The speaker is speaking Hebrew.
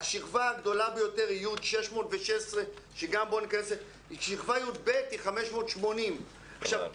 השכבה הגדולה ביותר היא י' 616. שכבה י"ב היא 580. עכשיו,